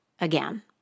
again